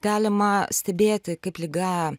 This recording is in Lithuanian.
galima stebėti kaip liga